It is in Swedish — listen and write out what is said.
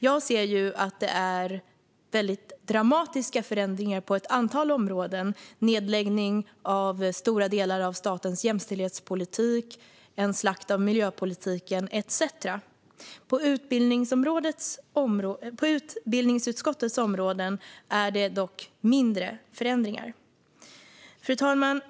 Jag ser ju att det är dramatiska förändringar på ett antal områden - nedläggning av stora delar av statens jämställdhetspolitik, en slakt av miljöpolitiken etcetera. På utbildningsutskottets områden är det dock mindre förändringar. Fru talman!